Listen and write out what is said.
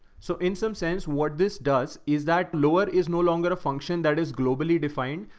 so in some sense, what this does is that lower is no longer a function that is globally defined.